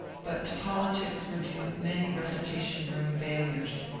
but to politics were due many reci tation-room failures.